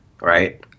Right